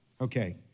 okay